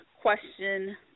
question